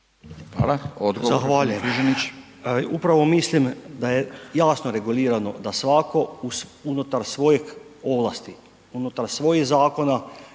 Hvala, odgovor,